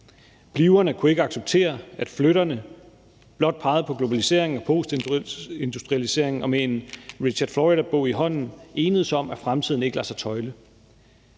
Bliverne kunne ikke acceptere, at flytterne blot pegede på globaliseringen og postindustrialiseringen og med en Richard Florida-bog i hånden enedes om, at fremtiden ikke lader sig tøjle.